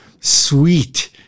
sweet